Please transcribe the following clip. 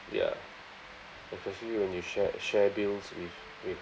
ya especially when you share share bills with with